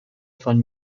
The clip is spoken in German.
von